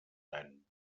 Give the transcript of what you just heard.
tant